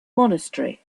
monastery